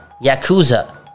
Yakuza